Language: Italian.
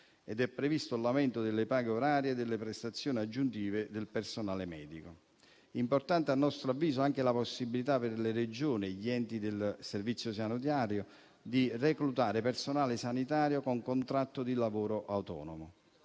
ed è previsto l'aumento delle paghe orarie delle prestazioni aggiuntive del personale medico. Importante - a nostro avviso - è anche la possibilità per le Regioni e gli enti del Servizio sanitario di reclutare personale sanitario con contratto di lavoro autonomo.